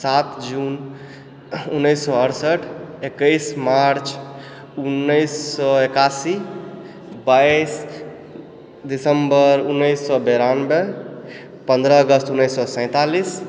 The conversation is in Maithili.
सात जुन उन्नैस सए अठसठि एकैस मार्च उन्नैस सए एकासी बाइस दिसम्बर उन्नैस सए बिरानबे पन्द्रह अगस्त उन्नैस सए सैंतालिस